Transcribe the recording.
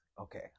Okay